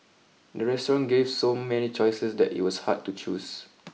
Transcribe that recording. the restaurant gave so many choices that it was hard to choose